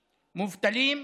מובטלים,